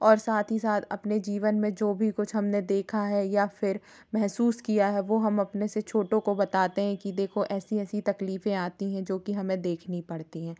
और साथ ही साथ अपने जीवन में जो भी कुछ हमनें देखा है या फिर महसूस किया है वो हम अपने से छोटों को बताते हैं कि देखो ऐसी ऐसी तकलीफें आती हैं जो कि हमें देखनी पड़ती हैं